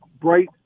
bright